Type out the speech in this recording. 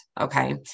Okay